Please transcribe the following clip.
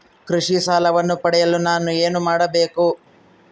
ಕೃಷಿ ಸಾಲವನ್ನು ಪಡೆಯಲು ನಾನು ಏನು ಮಾಡಬೇಕು?